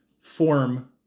form